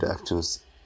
actions